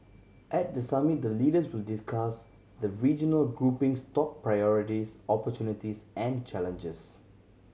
at the summit the leaders will discuss the regional grouping's top priorities opportunities and challenges